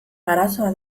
arazoa